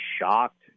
shocked